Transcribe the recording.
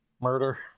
murder